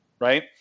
Right